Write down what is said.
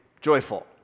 joyful